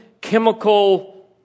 chemical